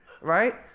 Right